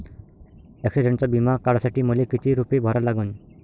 ॲक्सिडंटचा बिमा काढा साठी मले किती रूपे भरा लागन?